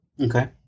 okay